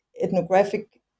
ethnographic